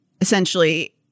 essentially